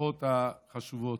המשפחות החשובות,